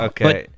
Okay